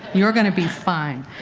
you're going to be fine.